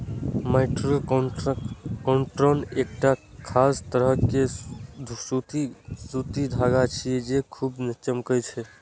mercerised cotton एकटा खास तरह के सूती धागा छियै, जे खूब चमकै छै